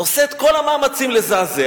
ועושה את כל המאמצים לזעזע,